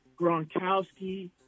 Gronkowski